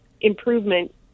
improvement